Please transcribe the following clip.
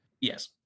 Yes